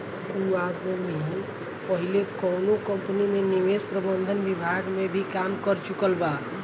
उ आदमी पहिले कौनो कंपनी में निवेश प्रबंधन विभाग में भी काम कर चुकल बा